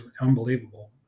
unbelievable